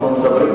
אני מודיע את זה,